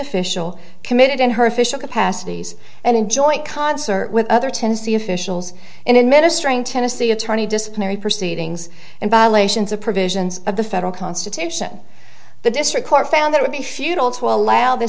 official committed in her official capacities and in joint concert with other tennessee officials in administering tennessee attorney disciplinary proceedings and violations of provisions of the federal constitution the district court found that would be futile to allow the